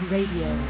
Radio